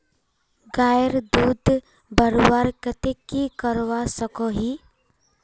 गायेर दूध बढ़वार केते की करवा सकोहो ही?